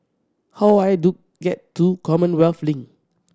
how I do get to Commonwealth Link